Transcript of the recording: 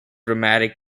dramatic